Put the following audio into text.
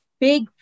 big